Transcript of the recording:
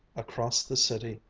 across the city,